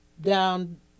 down